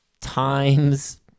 times